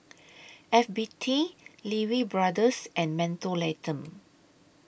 F B T Lee Wee Brothers and Mentholatum